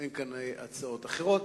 אין כאן הצעות אחרות.